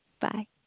Bye